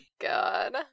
God